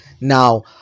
Now